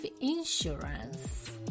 insurance